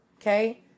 Okay